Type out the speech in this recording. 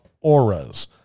Auras